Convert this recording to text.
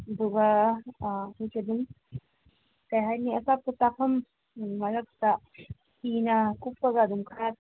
ꯑꯗꯨꯒ ꯑꯥ ꯑꯩꯈꯣꯏ ꯀꯔꯤ ꯍꯥꯏꯅꯤ ꯑꯆꯥꯄꯣꯠ ꯆꯥꯐꯝ ꯃꯔꯛꯇ ꯐꯤꯅ ꯀꯨꯞꯄꯒ ꯑꯗꯨꯝ ꯈꯔ